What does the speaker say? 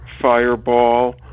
fireball